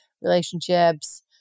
relationships